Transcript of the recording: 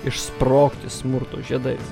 išsprogti smurto žiedais